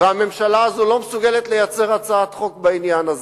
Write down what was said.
והממשלה הזאת לא מסוגלת לייצר הצעת חוק בעניין הזה.